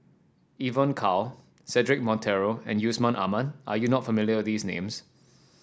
Evon Kow Cedric Monteiro and Yusman Aman are you not familiar these names